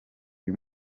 uyu